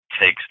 takes